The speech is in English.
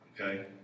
okay